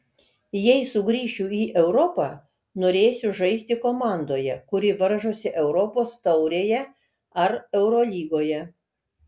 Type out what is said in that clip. jei sugrįšiu į europą norėsiu žaisti komandoje kuri varžosi europos taurėje ar eurolygoje